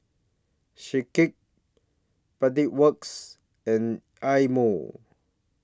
Schick Pedal Works and Eye Mo